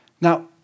Now